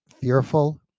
fearful